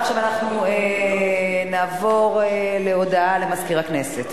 הודעה למזכיר הכנסת.